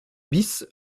bis